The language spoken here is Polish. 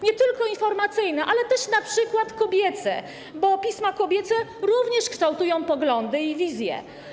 Nie tylko media informacyjne, ale też np. kobiece, bo pisma kobiece również kształtują poglądy i wizje.